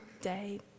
day